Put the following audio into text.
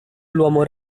l’uomo